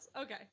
Okay